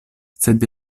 sed